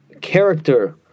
character